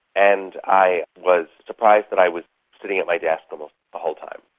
and i was surprised that i was sitting at my desk almost the whole time.